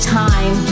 time